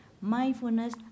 Mindfulness